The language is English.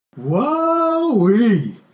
Wowee